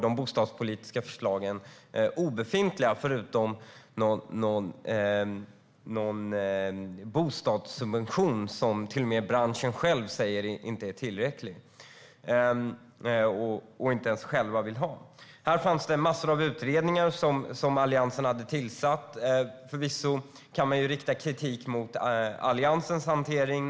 De bostadspolitiska förslagen var de facto obefintliga, förutom någon bostadssubvention som branschen själv säger är otillräcklig och inte ens vill ha. Här fanns massor av utredningar som Alliansen hade tillsatt. Förvisso kan man rikta kritik även mot Alliansens hantering.